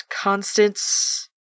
Constance